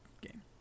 game